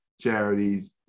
charities